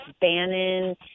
Bannon